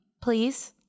Please